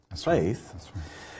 faith